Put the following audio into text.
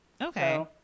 Okay